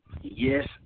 Yes